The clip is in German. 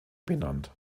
benannt